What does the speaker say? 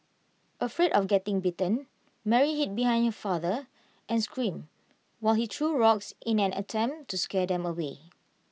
afraid of getting bitten Mary hid behind her father and screamed while he threw rocks in an attempt to scare them away